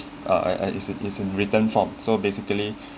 uh uh is a is in written form so basically